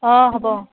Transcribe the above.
অঁ হ'ব